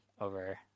over